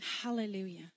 Hallelujah